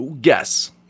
guess